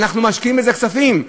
ואנחנו משקיעים בזה כספים.